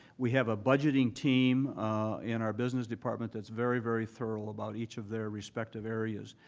we have a budgeting team in our business department that's very, very thorough about each of their respective areas.